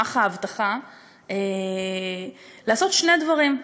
סמך ההבטחה לעשות שני דברים: